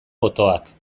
botoak